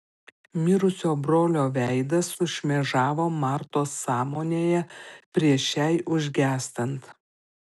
mirusio brolio veidas sušmėžavo martos sąmonėje prieš šiai užgęstant